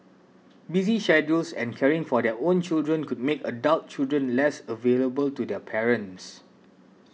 busy schedules and caring for their own children could make adult children less available to their parents